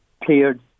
cleared